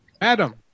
Adam